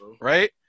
right